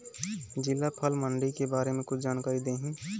जिला फल मंडी के बारे में कुछ जानकारी देहीं?